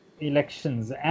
elections